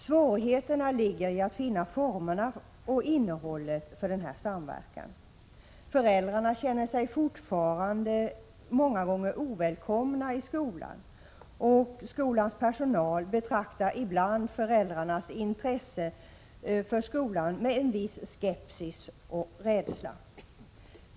Svårigheterna ligger i att finna formerna för och innehållet i denna samverkan. Föräldrarna känner sig fortfarande många gånger ovälkomna i skolan, och skolans personal betraktar ibland föräldrarnas intresse för skolan med en viss skepsis och rädsla.